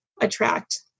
attract